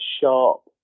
sharp